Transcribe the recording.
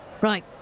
right